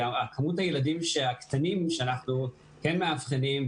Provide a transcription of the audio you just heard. כי כמות הילדים הקטנים שאנחנו כן מאבחנים,